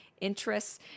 interests